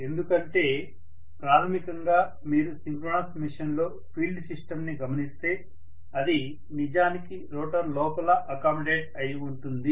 ఎందుకంటే ప్రాథమికంగా మీరు సింక్రోనస్ మెషిన్ లో ఫీల్డ్ సిస్టమ్ ని గమనిస్తే అది నిజానికి రోటర్ లోపల అకామిడేట్ అయి ఉంటుంది